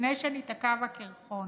לפני שניתקע בקרחון.